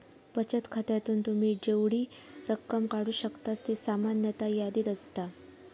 बचत खात्यातून तुम्ही जेवढी रक्कम काढू शकतास ती सामान्यतः यादीत असता